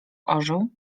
orzeł